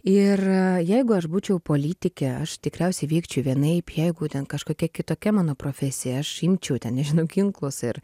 ir jeigu aš būčiau politikė aš tikriausiai veikčiau vienaip jeigu ten kažkokia kitokia mano profesija aš imčiau ten nežinau ginklus ir